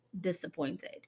disappointed